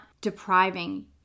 depriving